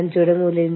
താരതമ്യ നിയമം